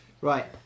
Right